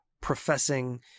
professing